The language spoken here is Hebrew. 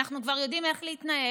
אנחנו כבר יודעים איך להתנהל.